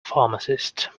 pharmacist